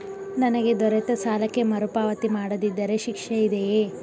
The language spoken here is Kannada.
ನನಗೆ ದೊರೆತ ಸಾಲಕ್ಕೆ ಮರುಪಾವತಿ ಮಾಡದಿದ್ದರೆ ಶಿಕ್ಷೆ ಇದೆಯೇ?